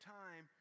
time